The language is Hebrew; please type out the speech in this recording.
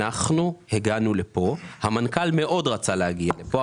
המנכ"ל מאוד רצה להגיע לפה,